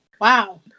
Wow